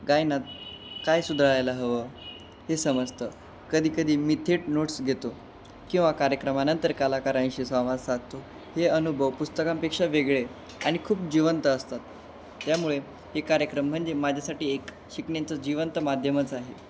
गायनात काय सुधरायला हवं हे समजतं कधीकधी मी थेट नोट्स घेतो किंवा कार्यक्रमानंतर कलाकारांशी संवाद साधतो हे अनुभव पुस्तकांपेक्षा वेगळे आणि खूप जिवंत असतात त्यामुळे हे कार्यक्रम म्हणजे माझ्यासाठी एक शिकण्याचं जीवंत माध्यमच आहे